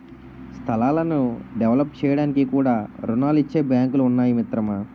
స్థలాలను డెవలప్ చేయడానికి కూడా రుణాలిచ్చే బాంకులు ఉన్నాయి మిత్రమా